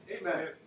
Amen